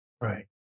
Right